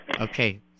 Okay